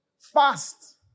fast